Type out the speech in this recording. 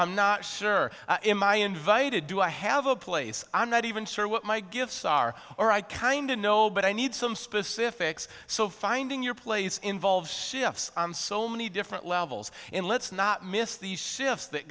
not sure in my invited do i have a place i'm not even sure what my gifts are or i kind of know but i need some specifics so finding your place involves shifts on so many different levels and let's not miss the shifts that